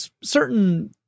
certain